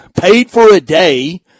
paid-for-a-day